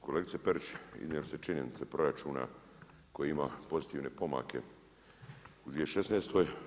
Kolegice Perić iznijeli ste činjenice proračuna koji ima pozitivne pomake u 2016.